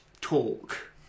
talk